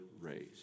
raised